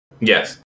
Yes